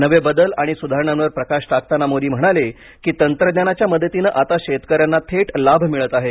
नवे बदल आणि सुधारणांवर प्रकाश टाकताना मोदी म्हणाले की तंत्रज्ञानाच्या मदतीने आता शेतकऱ्यांना थेट लाभ मिळत आहेत